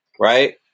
right